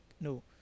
no